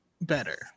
better